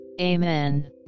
Amen